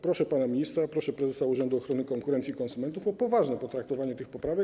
Proszę pana ministra, proszę prezesa Urzędu Ochrony Konkurencji i Konsumentów o poważne potraktowanie tych poprawek.